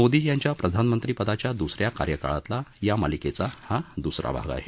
मोदी यांच्या प्रधानमंत्रीपदाच्या दुसऱ्या कार्यकाळातला या मालिकेचा हा द्सरा भाग आहे